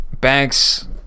Banks